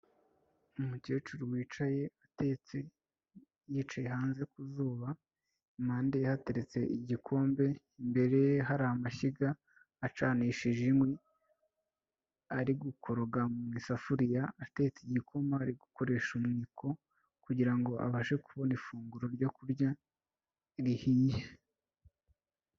Umukecuru wicaye atetse yicaye hanze ku zub,a impande ye hateretse igikombe, imbere hari amashyiga acanishije inkwi, ari gukoroga mu isafuriya atetse igikoma ari gukoresha umwuko kugirango abashe kubona ifunguro ryo kurya rihiye.